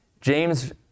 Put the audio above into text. James